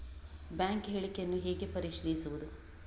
Bank ಹೇಳಿಕೆಯನ್ನು ಹೇಗೆ ಪರಿಶೀಲಿಸುವುದು?